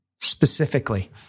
specifically